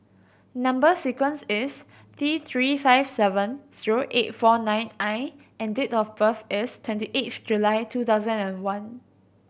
number sequence is T Three five seven zero eight four nine I and date of birth is twenty eighth July two thousand and one